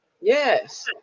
Yes